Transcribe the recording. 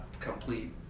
complete